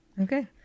Okay